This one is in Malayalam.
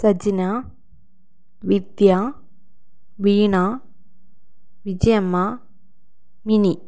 സജ്ന വിദ്യ വീണ വിജയമ്മ മിനി